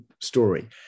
story